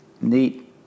neat